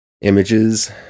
images